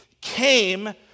came